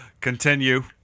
Continue